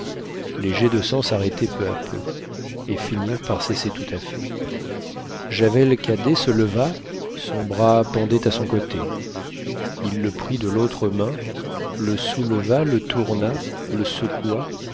les jets de sang s'arrêtaient peu à peu ils finirent par cesser tout à fait javel cadet se leva son bras pendait à son côté il le prit de l'autre main le souleva le tourna le secoua